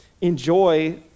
enjoy